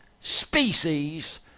species